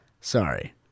Sorry